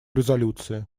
резолюции